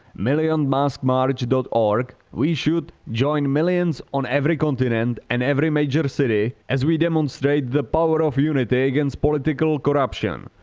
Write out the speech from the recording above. millionmaskmarch dot org we should join millions on every continent and every major city as we demonstrate the power of unity against political corruption,